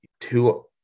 two